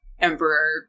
Emperor